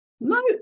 No